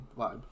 vibe